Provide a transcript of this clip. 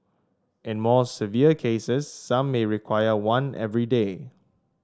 in more severe cases some may require one every day